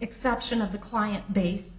exception of the client base